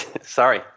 sorry